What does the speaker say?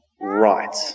right